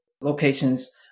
locations